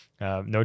No